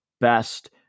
best